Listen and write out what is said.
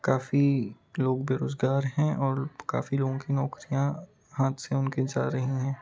काफ़ी लोग बेरोजगार हैं और काफ़ी लोगों की नौकरियाँ हाथ से उनके जा रही हैं